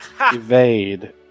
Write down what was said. evade